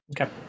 okay